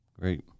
Great